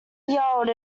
yelled